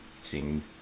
seeing